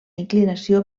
inclinació